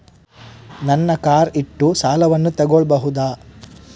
ನನ್ನ ಕಾರ್ ಇಟ್ಟು ಸಾಲವನ್ನು ತಗೋಳ್ಬಹುದಾ?